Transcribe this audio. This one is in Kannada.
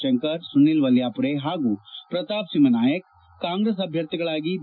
ಶಂಕರ್ ಸುನೀಲ್ ವಲ್ಯಾಪುರೆ ಹಾಗೂ ಪ್ರತಾಪ ಸಿಂಹ ನಾಯಕ್ ಕಾಂಗ್ರೆಸ್ ಅಭ್ಯರ್ಥಿಗಳಾಗಿ ಬಿ